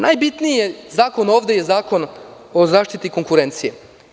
Najbitniji zakon ovde je Zakon o zaštiti konkurencije.